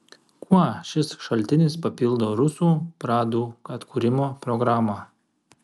kuo šis šaltinis papildo rusų pradų atkūrimo programą